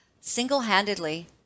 single-handedly